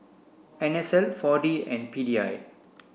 N S L four D and P D I